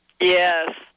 Yes